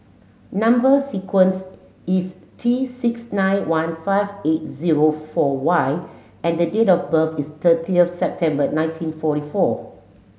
number sequence is T six nine one five eight zero four Y and the date of birth is thirty of September nineteen forty four